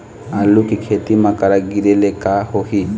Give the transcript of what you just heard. आलू के खेती म करा गिरेले का होही?